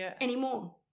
anymore